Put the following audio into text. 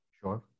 Sure